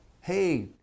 Hey